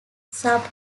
sub